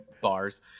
Bars